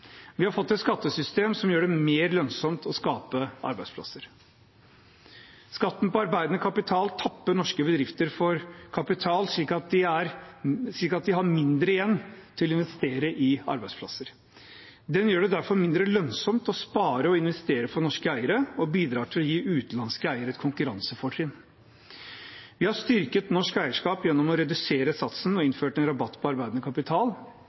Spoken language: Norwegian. Vi har fått et skattesystem som gjør det mer lønnsomt å skape arbeidsplasser. Skatten på arbeidende kapital tapper norske bedrifter for kapital, slik at de har mindre igjen til å investere i arbeidsplasser. Den gjør det derfor mindre lønnsomt å spare og investere for norske eiere og bidrar til å gi utenlandske eiere et konkurransefortrinn. Vi har styrket norsk eierskap gjennom å redusere satsen og innført en rabatt på arbeidende kapital,